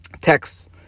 texts